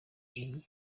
iyi